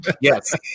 Yes